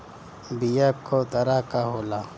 बीया कव तरह क होला?